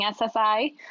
SSI